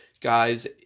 guys